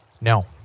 no